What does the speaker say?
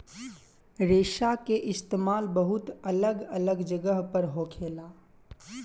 रेशा के इस्तेमाल बहुत अलग अलग जगह पर होखेला